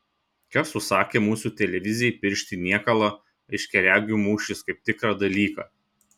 kas užsakė mūsų televizijai piršti niekalą aiškiaregių mūšis kaip tikrą dalyką